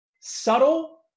Subtle